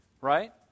right